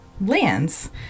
lands